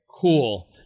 Cool